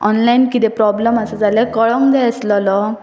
online कितें problem आसा जाल्यार कळोंक जाय आसलेलो